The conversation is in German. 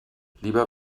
lieber